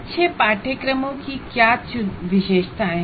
अच्छे कोर्स की क्या विशेषताएं हैं